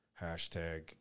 Hashtag